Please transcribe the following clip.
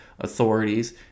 authorities